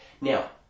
Now